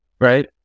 right